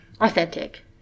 authentic